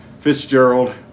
Fitzgerald